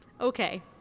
okay